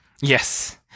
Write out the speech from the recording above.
Yes